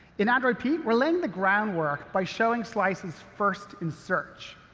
in android p, we're laying the groundwork by showing slices first in search.